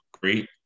great